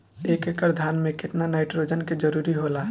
एक एकड़ धान मे केतना नाइट्रोजन के जरूरी होला?